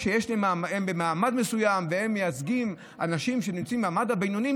הם במעמד מסוים והם מייצגים אנשים שנמצאים במעמד הבינוני,